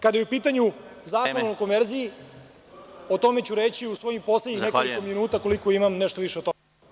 Kada je u pitanju Zakon o konverziji, o tome ću reći u svojih poslednjih nekoliko minuta, ukoliko imam, nešto više o tome.